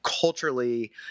culturally